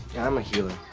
i'm a healer